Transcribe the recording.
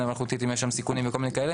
מלאכותית אם יש שם סיכונים וכל מיני כאלה